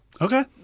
Okay